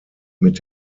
mit